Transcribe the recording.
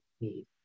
need